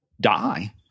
die